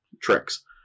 tricks